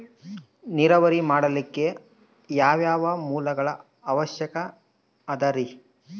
ನೇರಾವರಿ ಮಾಡಲಿಕ್ಕೆ ಯಾವ್ಯಾವ ಮೂಲಗಳ ಅವಶ್ಯಕ ಅದರಿ?